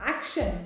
Action